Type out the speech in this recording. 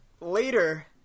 Later